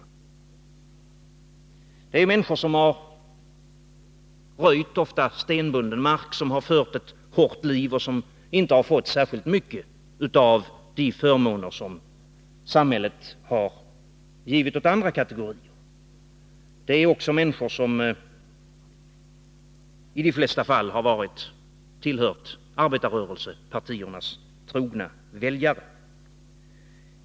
Det är människor som har röjt ofta stenbunden mark, fört ett hårt liv och inte fått särskilt mycket av de förmåner som samhället har givit till andra kategorier. Det är också människor som i de flesta fall har tillhört arbetarpartiernas trogna väljare.